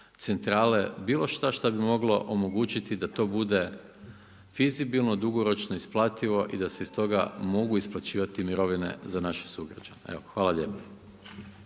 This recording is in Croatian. centrale, bilo šta šta bi moglo omogućiti da to bude fizibilno, dugoročno, isplativo i da se iz toga mogu isplaćivati mirovine za naše sugrađane. Evo hvala lijepo.